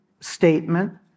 statement